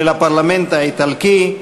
של הפרלמנט האיטלקי,